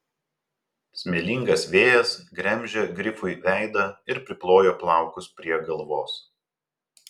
smėlingas vėjas gremžė grifui veidą ir priplojo plaukus prie galvos